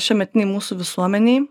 šiuometinėj mūsų visuomenėj